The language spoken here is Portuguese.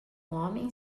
homem